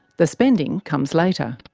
the spending comes later.